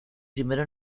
primero